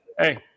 Hey